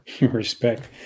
Respect